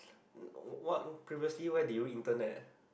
what previously where did you intern at